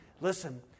Listen